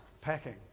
Packing